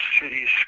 cities